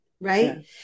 right